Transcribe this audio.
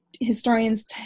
historians